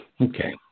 Okay